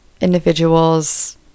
individuals